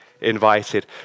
invited